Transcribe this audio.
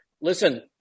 listen